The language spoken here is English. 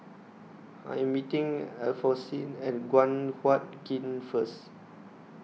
I Am meeting Alphonsine At Guan Huat Kiln First